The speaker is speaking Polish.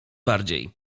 bardziej